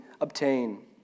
obtain